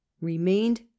remained